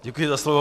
Děkuji za slovo.